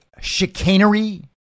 chicanery